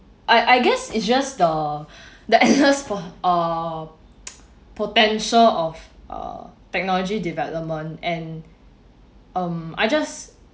I I guess it's just the the endess po~ err potential of uh technology development and um I just